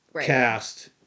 cast